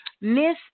Miss